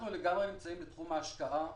אנחנו לגמרי נמצאים בתחום ההשקעה